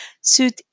suit